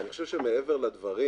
אני חושב שמעבר לדברים